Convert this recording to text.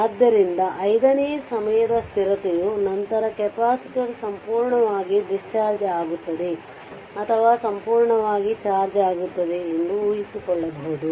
ಆದ್ದರಿಂದ 5ನೇ ಸಮಯದ ಸ್ಥಿರತೆಯ ನಂತರ ಕೆಪಾಸಿಟರ್ ಸಂಪೂರ್ಣವಾಗಿ ಡಿಸ್ಚಾರ್ಜ್ ಆಗುತ್ತದೆ ಅಥವಾ ಸಂಪೂರ್ಣವಾಗಿ ಚಾರ್ಜ್ ಆಗುತ್ತದೆ ಎಂದುಊಹಿಸಿಕೊಳ್ಳಬಹುದು